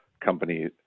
company